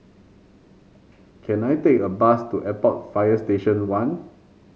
can I take a bus to Airport Fire Station One